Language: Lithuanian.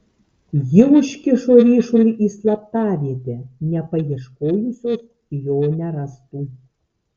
ji užkišo ryšulį į slaptavietę nepaieškojusios jo nerastų